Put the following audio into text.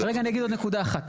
רגע, אני אגיד עוד נקודה אחת.